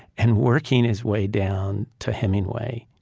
and working his way down to hemingway.